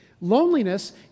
Loneliness